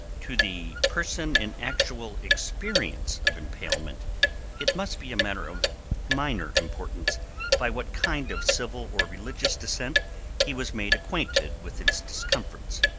to the person in actual experience of impalement it must be a matter of minor importance by what kind of civil or religious dissent he was made acquainted with its discomforts